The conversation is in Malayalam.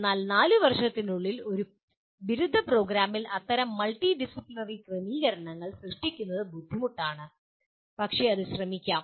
എന്നാൽ 4 വർഷത്തിനുള്ളിൽ ഒരു ബിരുദ പ്രോഗ്രാമിൽ അത്തരം മൾട്ടിഡിസിപ്ലിനറി ക്രമീകരണങ്ങൾ സൃഷ്ടിക്കുന്നത് ബുദ്ധിമുട്ടാണ് പക്ഷേ അത് ശ്രമിക്കാം